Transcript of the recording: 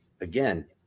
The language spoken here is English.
again